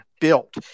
built